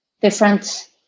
different